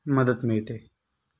मदत मिळते